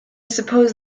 suppose